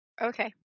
Okay